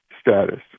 status